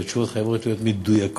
והתשובות חייבות להיות מדויקות,